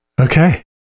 Okay